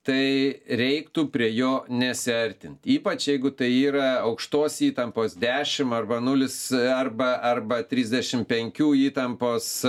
tai reiktų prie jo nesiartint ypač jeigu tai yra aukštos įtampos dešimt arba nulis arba arba trisdešimt penkių įtampos